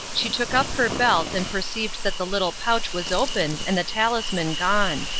she took up her belt and perceived that the little pouch was open and the talisman gone.